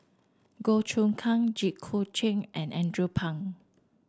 Goh Choon Kang Jit Koon Ch'ng and Andrew Phang